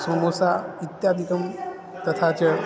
सोमोसा इत्यादिकं तथा च